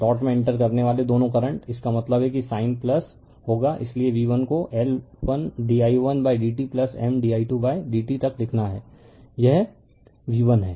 dot में enter करने वाले दोनों करंट इसका मतलब है कि साइन होगा इसलिए v1 को L1di1dt M di2 by dt तक लिखना है यह v1 है